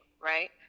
right